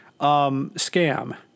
scam